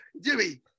Jimmy